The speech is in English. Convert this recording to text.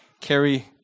carry